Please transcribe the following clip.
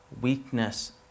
weakness